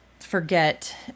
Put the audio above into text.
forget